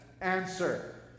answer